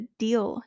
deal